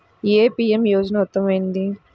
ఏ PM యోజన ఉత్తమమైనది?